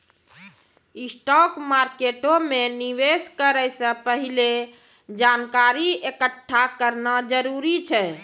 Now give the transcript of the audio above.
stock मार्केटो मे निवेश करै से पहिले जानकारी एकठ्ठा करना जरूरी छै